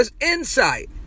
...insight